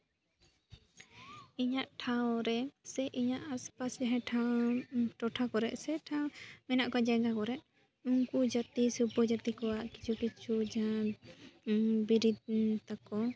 ᱤᱧᱟᱹᱜ ᱴᱷᱟᱶ ᱨᱮ ᱥᱮ ᱤᱧᱟᱹᱜ ᱟᱥᱮ ᱯᱟᱥᱮ ᱦᱮᱸ ᱴᱷᱟᱶ ᱴᱚᱴᱷᱟ ᱠᱚᱨᱮ ᱥᱮ ᱴᱷᱟᱶ ᱢᱮᱱᱟᱜ ᱠᱟᱜ ᱡᱟᱭᱜᱟ ᱠᱚᱨᱮ ᱩᱱᱠᱩ ᱡᱟᱹᱛᱤ ᱥᱮ ᱩᱯᱚᱡᱟᱹᱛᱤ ᱠᱚᱣᱟᱜ ᱠᱤᱪᱷᱩ ᱠᱤᱪᱷᱩ ᱡᱟᱱ ᱵᱤᱨᱤᱫ ᱛᱟᱠᱚ